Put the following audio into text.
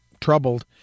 troubled